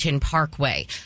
Parkway